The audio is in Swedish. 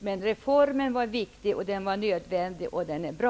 Men reformen var viktig och nödvändig, och den är bra.